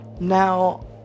now